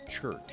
Church